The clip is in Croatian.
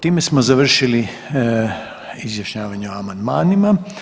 Time smo završili izjašnjavanje o amandmanima.